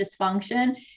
dysfunction